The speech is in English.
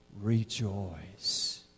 Rejoice